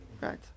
right